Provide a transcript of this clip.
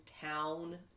town